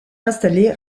installer